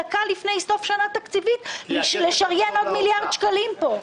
דקה לפני סוף שנה תקציבית לשריין עוד מיליארד שקלים פה.